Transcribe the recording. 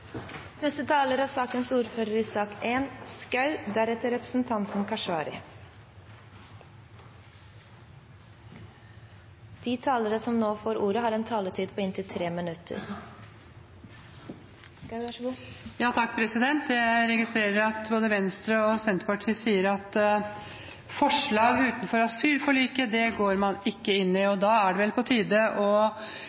talere som heretter får ordet, har en taletid på inntil 3 minutter. Jeg registrerer at både Venstre og Senterpartiet sier at forslag utenfor asylforliket går man ikke inn